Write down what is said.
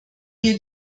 mir